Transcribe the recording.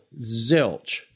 zilch